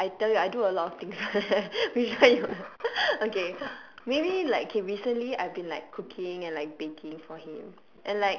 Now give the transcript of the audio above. !wah! I tell you I do a lot of things [one] eh which one you want okay maybe like okay recently I have been like cooking and like baking for him